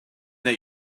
that